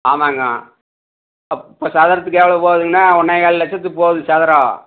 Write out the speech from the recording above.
ஆமாம்ங்க இப்போ சதுரத்துக்கு எவ்வளோ போகுதுங்கன்னா ஒன்னே கால் லட்சத்துக்கு போகுது சதுரம்